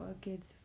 kids